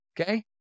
Okay